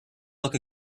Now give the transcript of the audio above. look